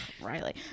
Riley